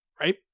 right